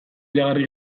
iragarri